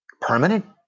permanent